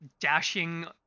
dashing